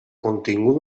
contingut